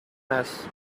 mass